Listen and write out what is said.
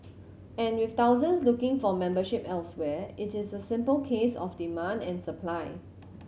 and with thousands looking for membership elsewhere it is a simple case of demand and supply